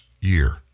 year